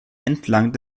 entlang